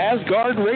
Asgard